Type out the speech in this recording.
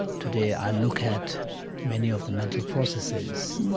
today i look at many of the mental processes.